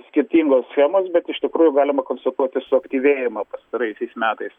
skirtingos schemos bet iš tikrųjų galima konstatuoti suaktyvėjimą pastaraisiais metais